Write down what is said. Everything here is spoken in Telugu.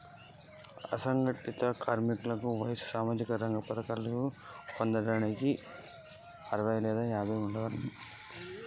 అసంఘటిత కార్మికుల వయసు సామాజిక రంగ పథకాలకు ఎంత ఉండాలే?